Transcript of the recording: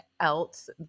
else